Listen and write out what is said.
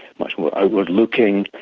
much more outward looking,